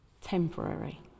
Temporary